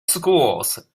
schools